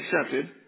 accepted